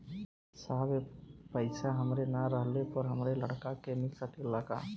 साहब ए पैसा हमरे ना रहले पर हमरे लड़का के मिल सकेला का?